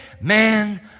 man